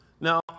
Now